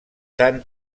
tant